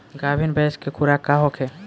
गाभिन भैंस के खुराक का होखे?